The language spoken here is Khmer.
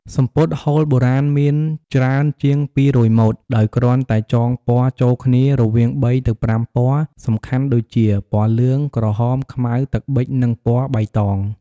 សំពត់ហូលបុរាណមានច្រើនជាង២០០ម៉ូត ដោយគ្រាន់តែចងពណ៌ចូលគ្នារវាង៣ទៅ៥ពណ៌សំខាន់ដូចជា ពណ៌លឿង ក្រហម ខ្មៅ ទឹកប៊ិច និងពណ៌បៃតង។